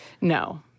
No